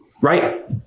Right